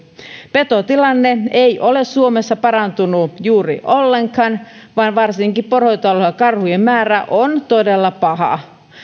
petotilanne ei ole suomessa parantunut juuri ollenkaan vaan varsinkin poronhoitoalueilla karhujen määrä on todella paha